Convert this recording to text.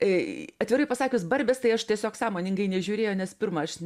atvirai pasakius barbės tai aš tiesiog sąmoningai nežiūrėjau nes pirma aš